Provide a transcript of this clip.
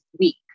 week